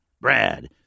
Brad